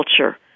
culture